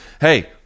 Hey